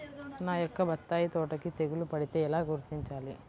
నా యొక్క బత్తాయి తోటకి తెగులు పడితే ఎలా గుర్తించాలి?